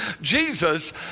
Jesus